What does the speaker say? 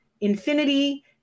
Infinity